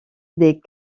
des